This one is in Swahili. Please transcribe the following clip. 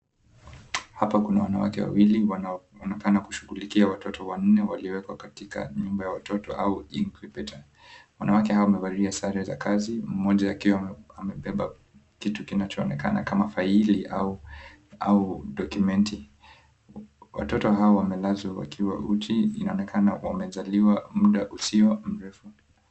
Hapa kuna wanawake wawili wanaonekana kushughulikia watoto wanne waliowekwa katika nyumba ya watoto au incubator . Wanawake hao wamevalia sare za kazi mmoja akiwa amebeba kitu kinachoonekana kama faili au dokumenti . Watoto hao wamelazwa wakiwa uchi na wanaonekana wamezaliwa mda usio mirefu.